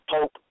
Pope